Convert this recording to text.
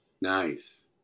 Nice